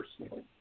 personally